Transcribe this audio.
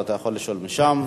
ואתה יכול לשאול משם.